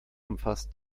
umfasst